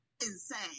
insane